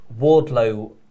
Wardlow